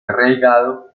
arraigado